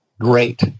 great